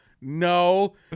No